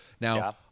Now